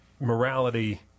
morality